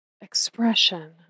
expression